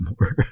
more